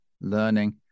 learning